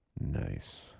Nice